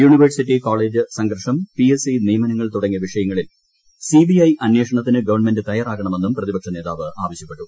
university college സംഘർഷം PSC നിയമനങ്ങൾ തുടങ്ങിയ വിഷയങ്ങളിൽ സിബിഐ അന്വേഷണത്തിന് ഗവൺമെന്റ് തയ്യാറാകണമെന്നും പ്രതിപക്ഷ നേതാവ് ആവശ്യപ്പെട്ടു